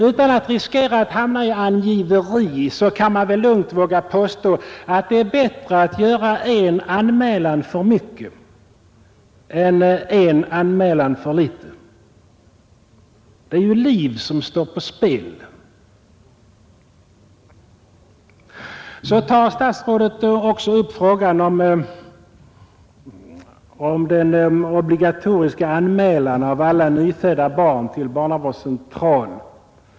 Utan att riskera att hamna i 25 mars 1971 angiveri kan man väl lugnt våga påstå, att det är bättre att göra en OR anmälan för mycket än en anmälan för litet. Det är ju liv som står på Om åtgärder för att Statsrådet tar också upp frågan om obligatorisk anmälan av alla nyfödda barn till barnavårdscentral.